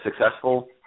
successful